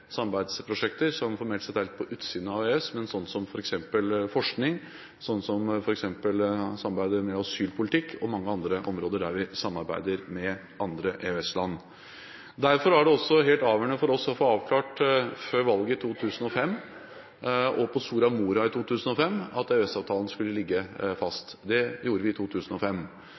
samarbeidsprosjekter, som formelt sett er litt på utsiden av EØS, som f.eks. forskning, samarbeidet om asylpolitikk og mange andre områder der vi samarbeider med andre EØS-land. Derfor var det også helt avgjørende for oss å få avklart før valget i 2005 og på Soria Moria i 2005 at EØS-avtalen skulle ligge fast. Det gjorde vi i 2005.